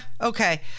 okay